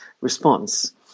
response